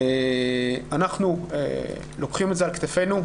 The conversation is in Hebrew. אנחנו לוקחים את זה על כתפינו,